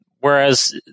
Whereas